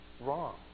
wrong